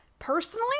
Personally